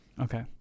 Okay